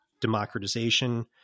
democratization